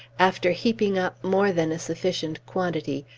after heaping up more than a sufficient quantity,